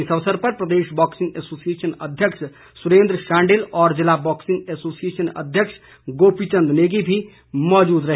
इस अवसर पर प्रदेश बॉक्सिंग एसोसिएशन अध्यक्ष सुरेंद्र शांडिल और जिला बॉक्सिंग एसोसिएशन अध्यक्ष गोपीचंद नेगी भी मौजूद रहे